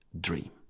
dream